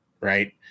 right